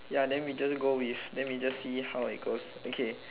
ya then we just go with then we just see how it goes okay